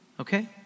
Okay